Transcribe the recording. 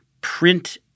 print